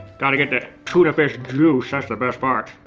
gotta get that tuna fish juice. that's the best part.